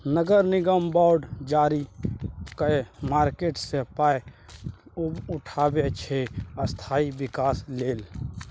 नगर निगम बॉड जारी कए मार्केट सँ पाइ उठाबै छै स्थानीय बिकास लेल